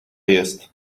jest